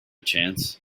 chance